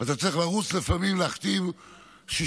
אתה צריך לפעמים לרוץ ולהחתים 63,